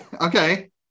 Okay